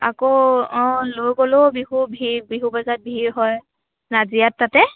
আকৌ অঁ লৈ গ'লেও বিহু ভিৰ বিহু বজাৰত ভিৰ হয় নাজিৰাত তাতে